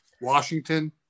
Washington